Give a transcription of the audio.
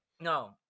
No